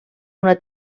una